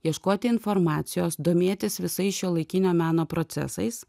ieškoti informacijos domėtis visais šiuolaikinio meno procesais